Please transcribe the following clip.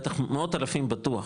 מאות אלפים בטוח.